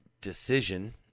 decision